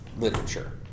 literature